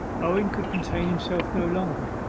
owen could contain himself no longer,